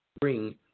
bring